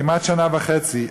כמעט שנה וחצי,